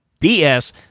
BS